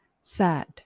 sad